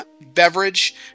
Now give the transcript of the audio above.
beverage